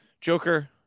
joker